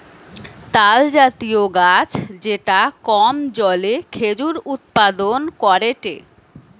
তালজাতীয় গাছ যেটা কম জলে খেজুর উৎপাদন করেটে